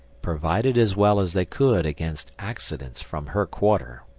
provided as well as they could against accidents from her quarter.